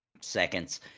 seconds